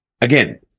again